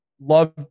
love